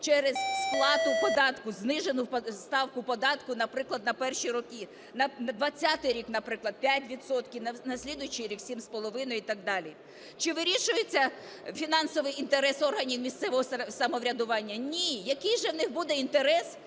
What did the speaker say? через сплату податку, знижену ставку податку, наприклад, на перші роки, на 20-й рік, наприклад, 5 відсотків, на слідуючий рік – 7,5 і так далі. Чи вирішується фінансовий інтерес органів місцевого самоврядування? Ні. Який же в них буде інтерес,